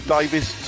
Davis